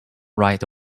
right